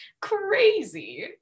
crazy